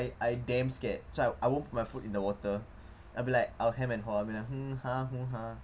I I damn scared so I I won't my foot in the water I'm like I'll hem and haw I'll be like mm (hah) mm (hah)